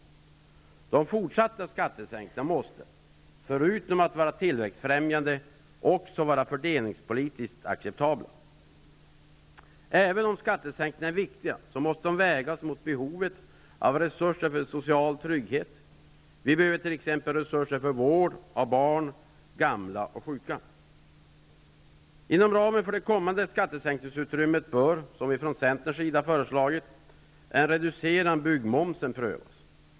De fortsatta skattesänkningarna måste, förutom att de skall vara tillväxtfrämjande, vara fördelningspolitiskt acceptabla. Även om skattesänkningar är viktiga måste de vägas mot behovet av resurser för social trygghet. Vi behöver t.ex. resurser för vård av barn, gamla och sjuka. Inom ramen för det kommande skattesänkningsutrymmet bör, som vi i centern har föreslagit, en reducering av byggmomsen prövas.